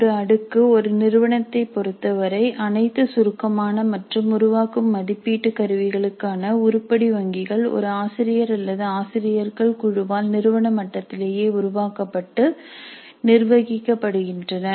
ஒரு அடுக்கு 1 நிறுவனத்தைப் பொறுத்தவரை அனைத்து சுருக்கமான மற்றும் உருவாக்கும் மதிப்பீட்டு கருவிகளுக்கான உருப்படி வங்கிகள் ஒரு ஆசிரியர் அல்லது ஆசிரியர்கள் குழுவால் நிறுவன மட்டத்திலேயே உருவாக்கப்பட்டு நிர்வகிக்கப்படுகின்றன